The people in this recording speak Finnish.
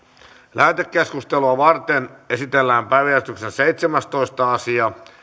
lähetekeskustelua varten esitellään päiväjärjestyksen seitsemästoista asia